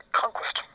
conquest